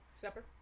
Supper